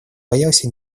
боялся